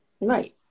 Right